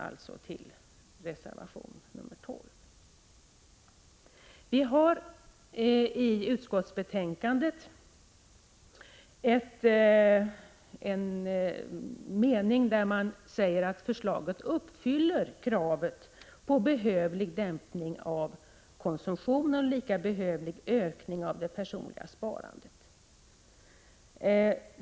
I reservationen anför vi att förslaget uppfyller kravet på behövlig dämpning av konsumtionen och en lika behövlig ökning av det personliga sparandet.